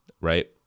right